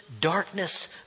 darkness